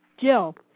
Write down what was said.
Jill